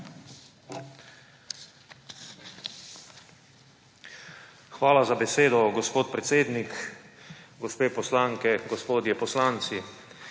Hvala za besedo, gospod predsednik. Gospe poslanke, gospodje poslanci!